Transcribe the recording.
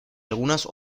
algunas